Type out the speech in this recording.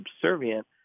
subservient